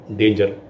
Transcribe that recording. danger